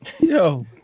Yo